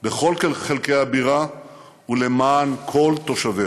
בכל חלקי הבירה ולמען כל תושביה.